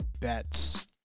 Bets